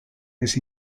this